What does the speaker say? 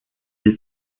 des